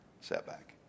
setback